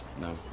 no